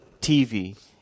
TV